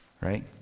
right